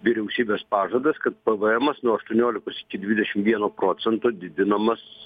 vyriausybės pažadas kad pv emos nuo aštuoniolikos iki dvidešim vieno procento didinamas